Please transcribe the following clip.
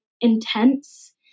intense